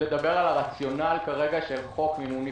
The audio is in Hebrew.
לדבר על הרציונל של חוק מימון מפלגות.